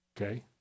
okay